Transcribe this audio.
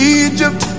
egypt